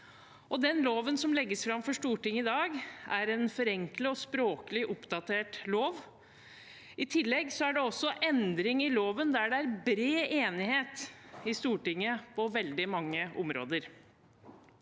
den loven som legges fram for Stortinget i dag, er en forenklet og språklig oppdatert lov. I tillegg er det også endringer i loven der det er bred enighet i Stortinget på veldig mange områder.